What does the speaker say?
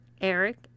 Eric